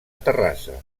terrassa